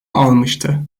almıştı